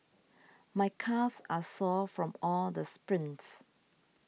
my calves are sore from all the sprints